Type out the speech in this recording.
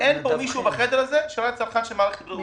אין פה מישהו בחדר הזה שלא היה צרכן של מערכת הבריאות